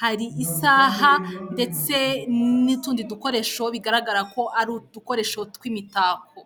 hari isaha ndetse n'utundi dukoresho bigaragara ko ari udukoresho tw'imitako.